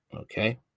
Okay